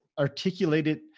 articulated